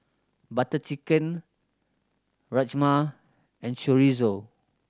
Butter Chicken Rajma and Chorizo